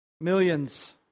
Millions